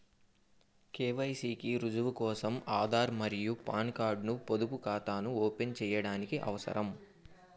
KYC కి రుజువు కోసం ఆధార్ మరియు పాన్ కార్డ్ ను పొదుపు ఖాతాను ఓపెన్ చేయడానికి అవసరం